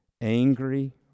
angry